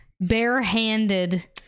barehanded